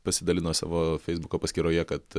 pasidalino savo feisbuko paskyroje kad